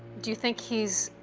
do you think he's